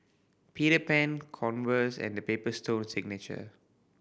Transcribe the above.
Peter Pan Converse and The Paper Stone Signature